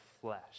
flesh